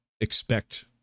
expect